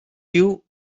view